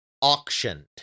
auctioned